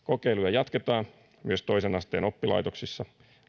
jatketaan myös toisen asteen oppilaitoksissa